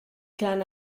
clan